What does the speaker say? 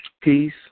Peace